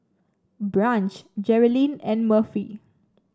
Branch Jerilyn and Murphy